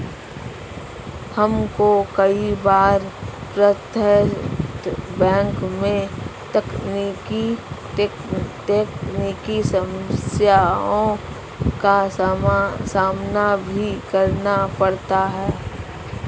हमको कई बार प्रत्यक्ष बैंक में तकनीकी समस्याओं का सामना भी करना पड़ता है